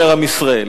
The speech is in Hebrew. אומר עם ישראל,